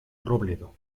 robledo